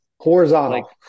horizontal